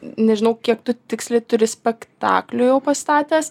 nežinau kiek tu tiksliai turi spektaklių jau pastatęs